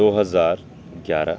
دو ہزار گیارہ